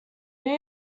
new